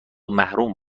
محروم